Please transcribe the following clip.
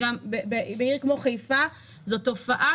בעיר כמו חיפה, זאת תופעה